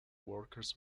workers